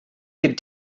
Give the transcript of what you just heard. could